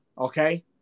Okay